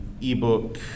ebook